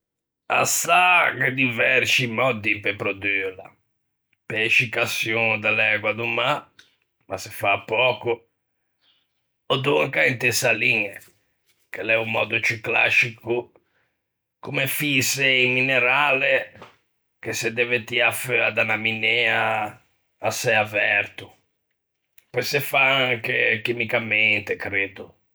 A sâ gh'é diversci mòddi de produla, pe escicaçion de l'ægua do mâ - ma se fa pöco - ò donca inte saliñe, che l'é o mòddo ciù clascico, comme fïse un minerale che o se deve tiâ feua da unna minea à çê averto. Pöi se fa anche chimicamente, creddo.